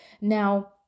Now